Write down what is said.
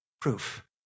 Proof